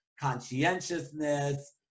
conscientiousness